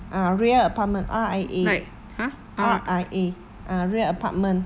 ah ria apartment R I A R I A ah ria apartment